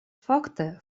fakte